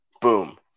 boom